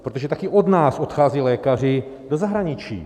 Protože také od nás odcházejí lékaři do zahraničí.